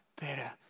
better